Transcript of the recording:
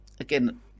Again